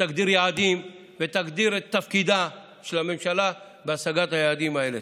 ותגדיר יעדים ותגדיר את תפקידה של הממשלה בהשגת היעדים האלה.